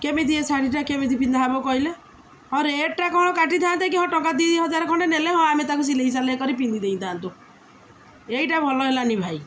କେମିତି ଏ ଶାଢ଼ୀଟା କେମିତି ପିନ୍ଧା ହେବ କହିଲେ ହଁ ରେଟ୍ଟା କ'ଣ କାଟିଥାନ୍ତେ କି ହଁ ଟଙ୍କା ଦୁଇ ହଜାର ଖଣ୍ଡେ ନେଲେ ହଁ ଆମେ ତାକୁ ସିଲେଇସାଲେଇ କରି ପିନ୍ଧି ଦେଇଥାନ୍ତୁ ଏଇଟା ଭଲ ହେଲାନି ଭାଇ